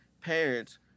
parents